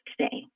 today